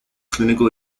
clinical